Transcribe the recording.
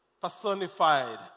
personified